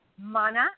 mana